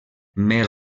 més